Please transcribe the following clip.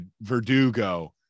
Verdugo